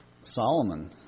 Solomon